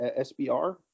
SBR